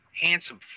Handsome